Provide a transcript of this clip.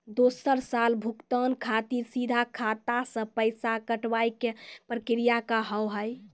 दोसर साल भुगतान खातिर सीधा खाता से पैसा कटवाए के प्रक्रिया का हाव हई?